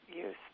use